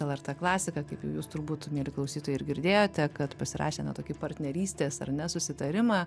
lrt klasika kaip jau jūs turbūt mieli klausytojai ir girdėjote kad pasirašė na tokį partnerystės ar ne susitarimą